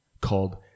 called